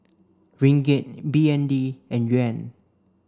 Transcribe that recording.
Ringgit B N D and Yuan